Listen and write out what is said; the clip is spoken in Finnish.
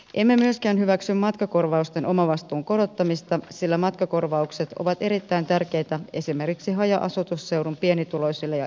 emme myöskään hyväksy matkakorvausten omavastuun korottamista sillä matkakorvaukset ovat erittäin tärkeitä esimerkiksi haja asutusseudun pienituloisille ja eläkeläisille